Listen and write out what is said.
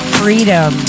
freedom